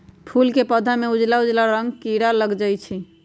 फूल के पौधा में उजला उजला कोन किरा लग जई छइ?